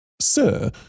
Sir